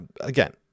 again